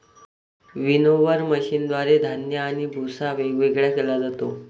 winnower मशीनद्वारे धान्य आणि भुस्सा वेगवेगळा केला जातो